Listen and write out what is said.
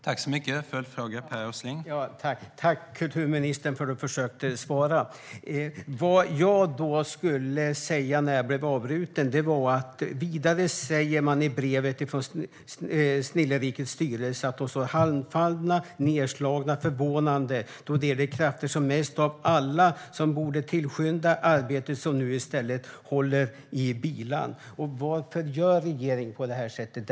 Herr talman! Tack, kulturministern, för att du försökte svara! Vad jag skulle säga när jag blev avbruten var att Snillerikets styrelse vidare säger i brevet att de "står handfallna, nedslagna och förvånade, då det är de krafter som mest av alla borde tillskynda vårt arbete, som nu istället håller i bilan". Varför gör regeringen på det sättet?